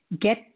Get